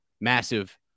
massive